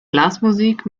blasmusik